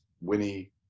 winnie